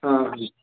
हां